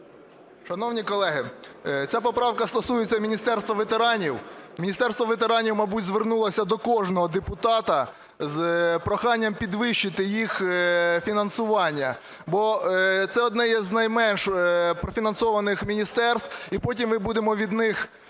Шановні колеги, ця поправка стосується Міністерства ветеранів. Міністерство ветеранів, мабуть, звернулося до кожного депутата з проханням підвищити їх фінансування, бо це одне з найменш профінансованих міністерств. І потім ми будемо від них